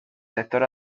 sector